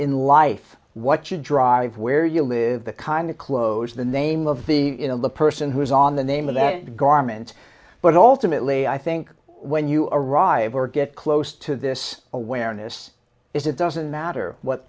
in life what you drive where you live the kind of clothes the name of the person who's on the name of that garment but alternately i think when you arrive or get close to this awareness is it doesn't matter what